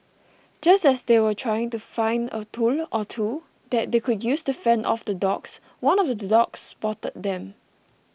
just as they were trying to find a tool or two that they could use to fend off the dogs one of the dogs spotted them